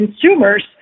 consumers